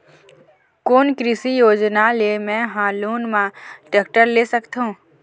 कोन कृषि योजना ले मैं हा लोन मा टेक्टर ले सकथों?